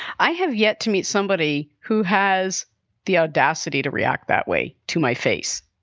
i have yet to meet somebody who has the audacity to react that way to my face.